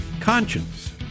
conscience